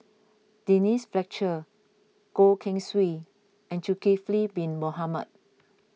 Denise Fletcher Goh Keng Swee and Zulkifli Bin Mohamed